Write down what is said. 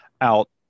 out